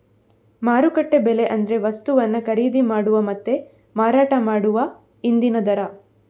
ಮಾರುಕಟ್ಟೆ ಬೆಲೆ ಅಂದ್ರೆ ವಸ್ತುವನ್ನ ಖರೀದಿ ಮಾಡುವ ಮತ್ತೆ ಮಾರಾಟ ಮಾಡುವ ಇಂದಿನ ದರ